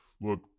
look